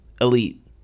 elite